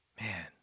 man